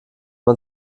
man